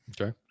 Okay